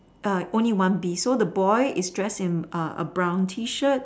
err only one bee so the boy is dressed in err a brown T shirt